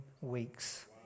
weeks